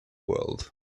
world